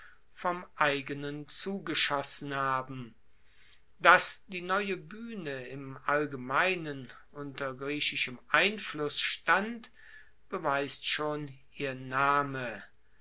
vom eigenen zugeschossen haben dass die neue buehne im allgemeinen unter griechischem einfluss stand beweist schon ihr name